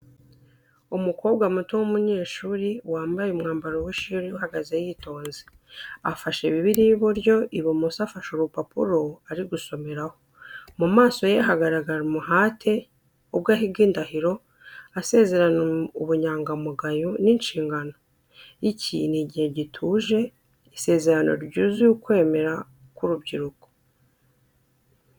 Umukobwa muto w’umunyeshuri, wambaye umwambaro w’ishuri uhagaze yitonze, afashe bibliya ibyryo, ibumoso afashe urupapuro ari gusomeraho. Mu maso ye hagaragara umuhate, ubwo ahiga indahiro, asezerana ubunyangamugayo n’inshingano. Iki ni igihe gituje, isezerano ryuzuye ukwemera kw’urubyiruko.